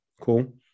cool